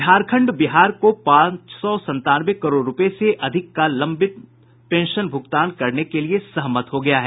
झारखंड बिहार को पांच सौ संतानवे करोड़ रूपये से अधिक का लंबित पेंशन भुगतान करने के लिये सहमत हो गया है